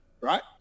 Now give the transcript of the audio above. right